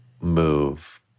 move